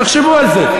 תחשבו על זה.